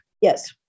Yes